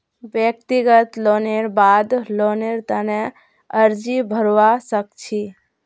व्यक्तिगत लोनेर बाद लोनेर तने अर्जी भरवा सख छि